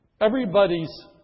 Everybody's